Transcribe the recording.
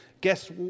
Guess